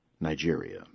Nigeria